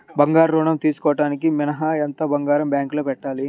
బంగారం ఋణం తీసుకోవడానికి మినిమం ఎంత బంగారం బ్యాంకులో పెట్టాలి?